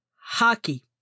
hockey